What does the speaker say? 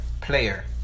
Player